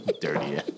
Dirty